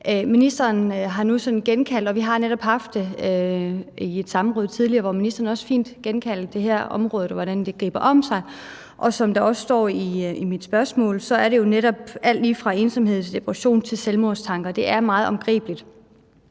Ministeren har nu gennemgået det – vi har netop også tidligere haft et samråd, hvor ministeren også fint gennemgik det her område – og hvordan det griber om sig. Som der også står i mit spørgsmål, er det netop alt lige fra ensomhed til depression og selvmordstanker. Det er meget omfattende.